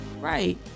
Right